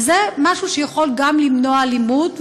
זה משהו שיכול גם למנוע אלימות,